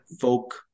folk